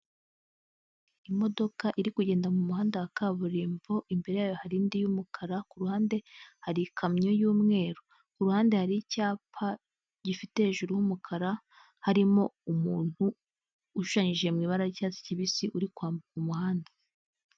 Imodoka iri kugenda mu muhanda wa kaburimbo, imbere yayo hari indi y'umukara, ku ruhande hari ikamyo y'umweru; ku ruhande hari icyapa gifite hejuru h'umukara, harimo umuntu ushushanyije mu ibara ry'icyatsi kibisi, uri kwambuka umuhanda.